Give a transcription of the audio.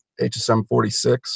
HSM-46